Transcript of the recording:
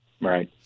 Right